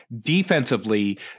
defensively